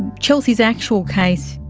and chelsea's actual case,